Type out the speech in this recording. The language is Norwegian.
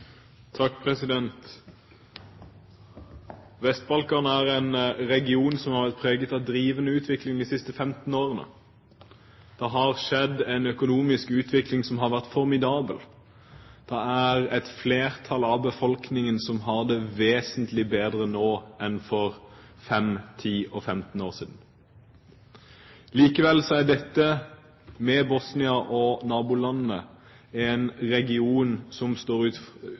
en region som har vært preget av en rivende utvikling de siste 15 årene. Det har skjedd en økonomisk utvikling som har vært formidabel. Et flertall av befolkningen har det vesentlig bedre nå enn for 5, 10 og 15 år siden. Likevel er Bosnia og nabolandene en region som står